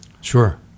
Sure